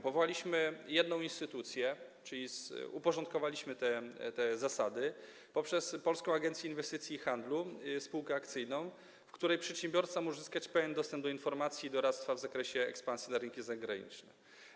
Powołaliśmy jedną instytucję, czyli uporządkowaliśmy te zasady poprzez Polską Agencję Inwestycji i Handlu Spółkę Akcyjną, w której przedsiębiorca może uzyskać pełen dostęp do informacji i doradztwa w zakresie ekspansji na rynki zagraniczne.